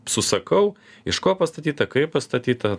susakau iš ko pastatyta kaip pastatyta